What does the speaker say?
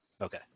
Okay